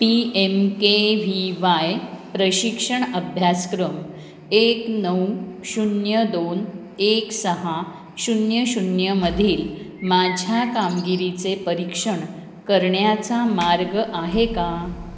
P M K V Y प्रशिक्षण अभ्यासक्रम एक नऊ शून्य दोन एक सहा शून्य शून्य मधील माझ्या कामगिरीचे परीक्षण करण्याचा मार्ग आहे का